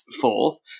fourth